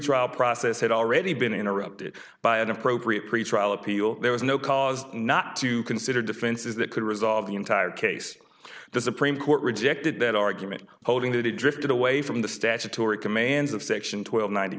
pretrial process had already been interrupted by an appropriate pretrial appeal there was no cause not to consider defense is that could resolve the entire case the supreme court rejected that argument holding that it drifted away from the statutory commands of section tw